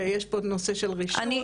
ויש פה עוד נושא של רישות,